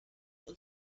und